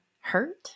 hurt